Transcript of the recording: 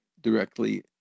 directly